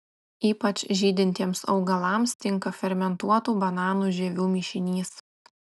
ypač žydintiems augalams tinka fermentuotų bananų žievių mišinys